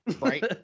Right